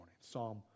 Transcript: Psalm